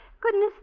Goodness